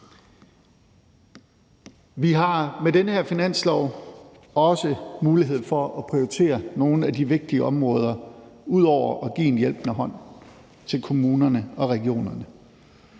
Vi har med den her finanslov også mulighed for at prioritere nogle af de vigtige områder ud over at give en hjælpende hånd til kommunerne og regionerne.